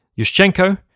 Yushchenko